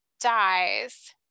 dies